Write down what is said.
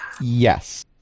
Yes